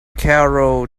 karl